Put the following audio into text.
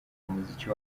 umuziki